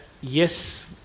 yes